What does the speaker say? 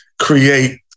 create